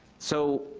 so,